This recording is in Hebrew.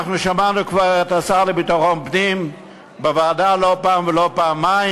אנחנו שמענו כבר את השר לביטחון פנים בוועדה לא פעם ולא פעמיים: